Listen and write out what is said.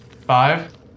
Five